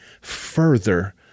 further